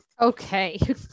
okay